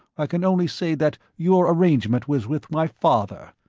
i can only say that your arrangement was with my father.